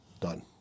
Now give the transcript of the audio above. Done